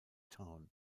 town